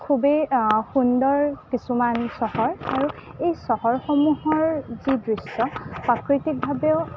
খুবেই সুন্দৰ কিছুমান চহৰ আৰু এই চহৰসমূহৰ যি দৃশ্য প্ৰাকৃতিকভাৱেও